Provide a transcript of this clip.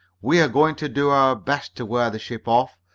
we are going to do our best to wear the ship off,